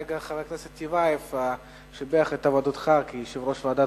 כרגע חבר הכנסת טיבייב שיבח את עבודתך כיושב-ראש ועדת